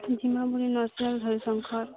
ଯିମା ବୁଲି ନୃସିଙ୍ଗନାଥ ହରିଶଙ୍କର୍